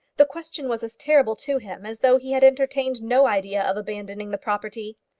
the question was as terrible to him as though he had entertained no idea of abandoning the property.